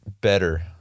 better